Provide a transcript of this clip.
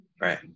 Right